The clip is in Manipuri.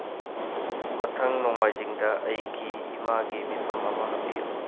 ꯃꯊꯪ ꯅꯣꯡꯃꯥꯏꯖꯤꯡꯗ ꯑꯩꯒꯤ ꯏꯃꯥꯒꯤ ꯃꯤꯐꯝ ꯑꯃ ꯍꯥꯞꯄꯤꯌꯨ